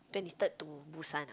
twenty third to Busan ah